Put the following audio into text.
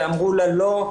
ואמרו לה - לא,